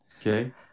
Okay